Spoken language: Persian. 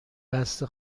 بسته